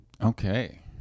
Okay